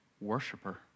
worshiper